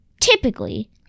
Typically